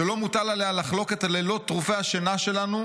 שלא מוטל עליה לחלוק את הלילות טרופי השינה שלנו,